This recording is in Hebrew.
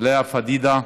לאה פדידה,